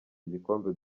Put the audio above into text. igikombe